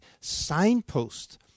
signpost